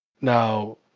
Now